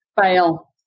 Fail